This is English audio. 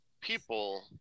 people